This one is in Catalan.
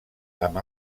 amb